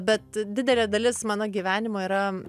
bet didelė dalis mano gyvenimo yra